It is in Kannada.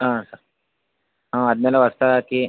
ಹಾಂ ಸರ್ ಹಾಂ ಅದನ್ನೆಲ್ಲ ಹೊಸ್ತಾಗ್ ಹಾಕಿ